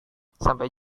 sampai